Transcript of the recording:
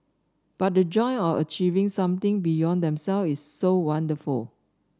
but the joy of achieving something beyond them self is so wonderful